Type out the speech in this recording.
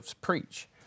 preach